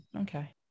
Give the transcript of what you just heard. okay